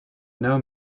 know